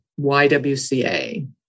YWCA